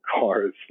cars